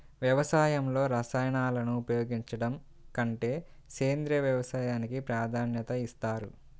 వ్యవసాయంలో రసాయనాలను ఉపయోగించడం కంటే సేంద్రియ వ్యవసాయానికి ప్రాధాన్యత ఇస్తారు